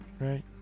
right